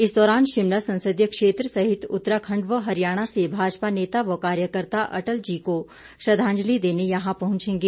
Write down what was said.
इस दौरान शिमला संसदीय क्षेत्र सहित उत्तराखंड व हरियाणा से भाजपा नेता व कार्यकर्त्ता अटल जी को श्रद्वाजंलि देने यहां पहुंचेंगे